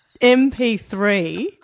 MP3